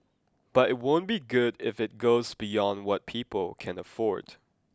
but it won't be good if it goes beyond what people can afford